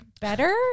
better